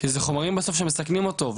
כי אלו חומרים שבסוף מסכנים אותו,